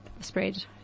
spread